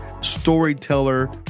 storyteller